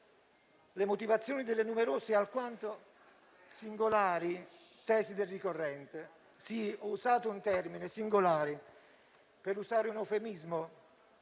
le motivazioni delle numerose e alquanto singolari tesi del ricorrente. Ho adoperato il termine "singolari" per usare un eufemismo,